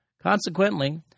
Consequently